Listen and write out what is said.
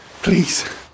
Please